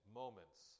moments